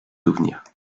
souvenirs